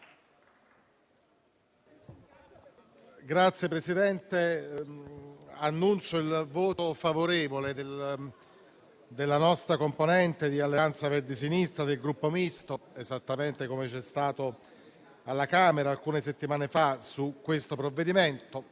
Signor Presidente, annuncio il voto favorevole della nostra componente Alleanza Verdi e Sinistra del Gruppo Misto - esattamente come è avvenuto alla Camera alcune settimane fa - su questo provvedimento,